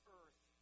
earth